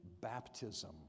baptism